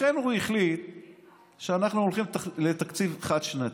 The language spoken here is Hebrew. לכן הוא החליט שאנחנו הולכים לתקציב חד-שנתי.